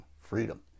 freedom